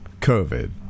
COVID